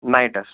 nights